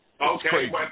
Okay